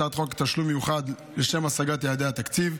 הצעת חוק תשלום מיוחד לשם השגת יעדי התקציב,